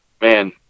man